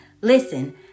Listen